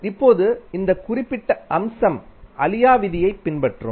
இப்போது இந்த குறிப்பிட்ட அம்சம் அழியாவிதியைப் பின்பற்றும்